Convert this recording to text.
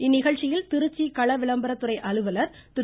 இந்நிகழ்ச்சியில் திருச்சி கள விளம்பர அலுவலர் திரு